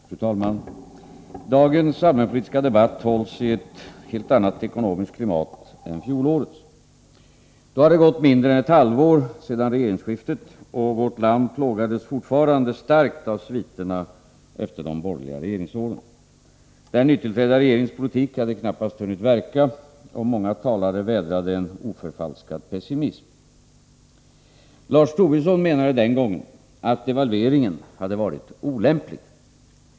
Fru talman! Dagens allmänpolitiska debatt hålls i ett helt annat ekonomiskt klimat än fjolårets. Då hade det gått mindre än ett halvår sedan regeringsskiftet, och vårt land plågades fortfarande starkt av sviterna efter de borgerliga regeringsåren. Den nytillträdda regeringens politik hade knappast hunnit verka, och många talare vädrade en oförfalskad pessimism. Lars Tobisson menade den gången att devalveringen hade varit ”olämplig”.